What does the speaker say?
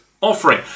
offering